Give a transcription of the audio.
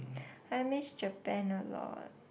I miss Japan a lot